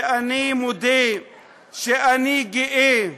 ואני מודה שאני גאה,